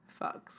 Fucks